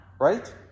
right